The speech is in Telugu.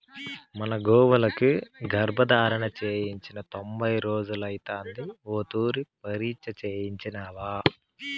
మన గోవులకి గర్భధారణ చేయించి తొంభై రోజులైతాంది ఓ తూరి పరీచ్ఛ చేయించినావా